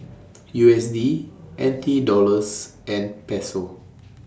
U S D N T Dollars and Peso